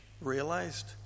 realized